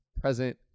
present